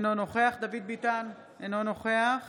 אינו נוכח דוד ביטן, אינו נוכח